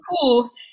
cool